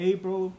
April